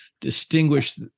distinguish